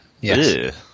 yes